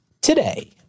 today